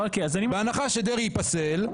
בהנחה שדרעי ייפסל,